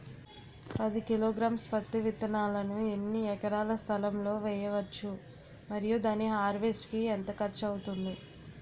పది కిలోగ్రామ్స్ పత్తి విత్తనాలను ఎన్ని ఎకరాల స్థలం లొ వేయవచ్చు? మరియు దాని హార్వెస్ట్ కి ఎంత ఖర్చు అవుతుంది?